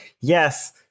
yes